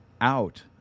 out